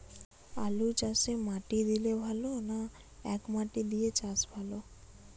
আলুচাষে মাটি দিলে ভালো না একমাটি দিয়ে চাষ ভালো?